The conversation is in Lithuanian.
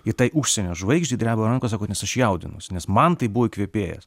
i tai užsienio žvaigždei dreba rankos sako nes aš jaudinuosi nes man tai buvo įkvėpėjas